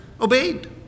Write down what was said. obeyed